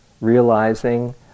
realizing